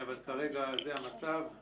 אבל כרגע זה המצב.